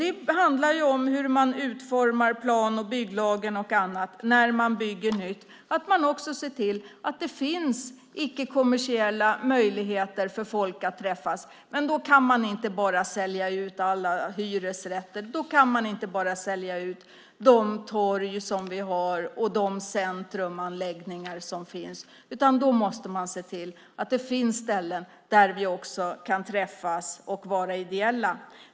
Det handlar om hur man utformar plan och bygglagen och annat. När man bygger nytt handlar det också om att man ser till att det finns icke-kommersiella möjligheter för folk att träffas. Men då kan man inte bara sälja ut alla hyresrätter, och då kan man inte bara sälja ut de torg och de centrumanläggningar som finns, utan då måste man se till att det finns ställen där vi också kan träffas och vara ideella.